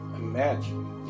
Imagine